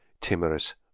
Timorous